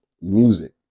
music